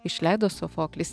išleido sofoklis